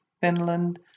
Finland